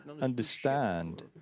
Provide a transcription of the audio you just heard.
understand